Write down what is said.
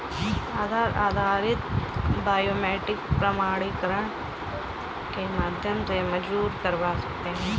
आधार आधारित बायोमेट्रिक प्रमाणीकरण के माध्यम से मंज़ूर करवा सकते हैं